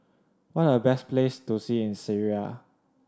what are the best places to see in Syria